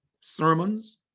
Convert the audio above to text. Sermons